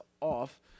off